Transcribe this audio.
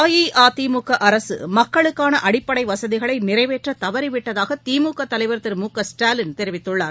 அஇஅதிமுக அரசு மக்களுக்கான அடிப்படை வசதிகளை நிறைவேற்ற தவறிவிட்டதாக திமுக தலைவர் திரு மு க ஸ்டாலின் தெரிவித்துள்ளார்